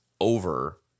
over